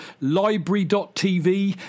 Library.TV